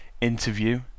interview